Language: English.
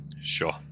Sure